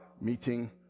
meeting